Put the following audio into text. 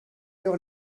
leur